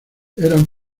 eran